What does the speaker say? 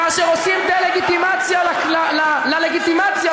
כאשר עושים דה-לגיטימציה ללגיטימציה,